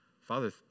Father